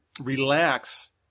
relax –